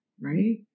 right